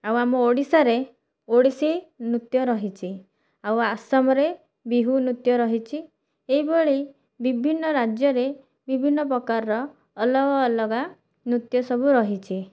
ଆଉ ଆମ ଓଡ଼ିଶାରେ ଓଡ଼ିଶୀ ନୃତ୍ୟ ରହିଛି ଆଉ ଆସାମରେ ବିହୁ ନୃତ୍ୟ ରହିଛି ଏଇଭଳି ବିଭନ୍ନ ରାଜ୍ୟରେ ବିଭନ୍ନ ପ୍ରକାର ଅଲଗା ଅଲଗା ନୃତ୍ୟସବୁ ରହିଛି